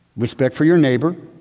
respect for your neighbor,